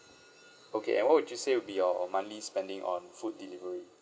okay and what would you say would be your monthly spending on food delivery